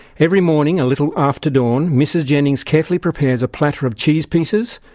every morning a little after dawn, mrs jennings carefully prepares a platter of cheese pieces,